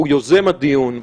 שהוא יוזם הדיון,